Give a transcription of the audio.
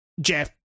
Jeff